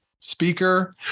speaker